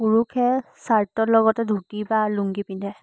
পুৰুষে শ্ৱাৰ্টৰ লগতে ধুতি বা লুংগী পিন্ধে